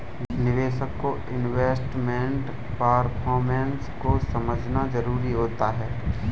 निवेशक को investment performance को समझना जरुरी होता है